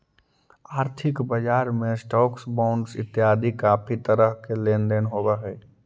आर्थिक बजार में स्टॉक्स, बॉंडस इतियादी काफी तरह के लेन देन होव हई